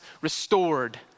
restored